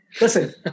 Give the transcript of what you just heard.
Listen